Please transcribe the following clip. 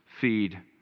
feed